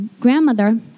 grandmother